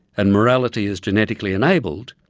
and morality is genetically enabled,